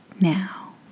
now